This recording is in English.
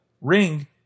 ring